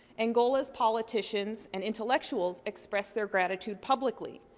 angola's politicians and intellectuals expressed their gratitude publicly,